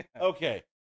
Okay